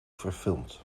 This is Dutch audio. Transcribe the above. verfilmd